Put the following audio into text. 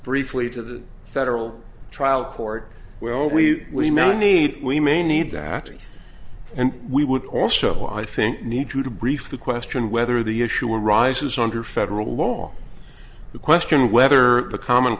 briefly to the federal trial court well we don't need we may need that and we would also i think need to brief the question whether the issue arises under federal law the question whether the common